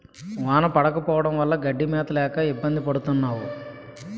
వాన పడకపోవడం వల్ల గడ్డి మేత లేక ఇబ్బంది పడతన్నావు